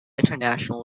international